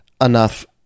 enough